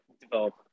develop